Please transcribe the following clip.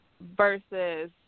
versus